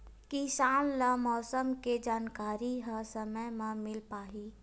किसान ल मौसम के जानकारी ह समय म मिल पाही?